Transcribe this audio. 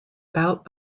about